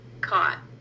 caught